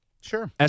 Sure